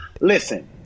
Listen